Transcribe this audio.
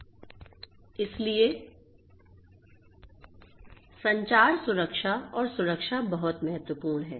इसलिए उस चैनल को स्वयं सुरक्षित रखना होगा इसलिए संचार सुरक्षा और सुरक्षा बहुत महत्वपूर्ण है